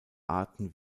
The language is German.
arten